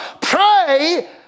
pray